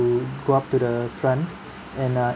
to go up to the front and uh